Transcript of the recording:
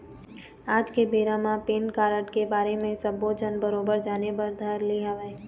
आज के बेरा म पेन कारड के बारे म सब्बो झन बरोबर जाने बर धर ले हवय